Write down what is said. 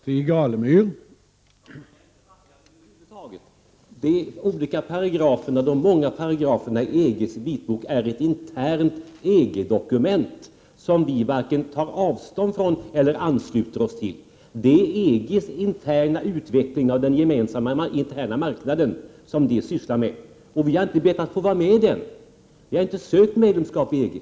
Herr talman! Vi har över huvud taget inte backat. De många paragraferna i EG:s vitbok, det interna EG-dokumentet, tar vi varken avstånd från eller ansluter oss till. De handlar om EG:s interna utveckling av den gemensamma inre marknaden. Vi har inte bett att få vara med i denna marknad. Vi har inte sökt medlemskap i EG.